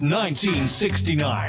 1969